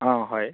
অঁ হয়